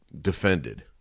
defended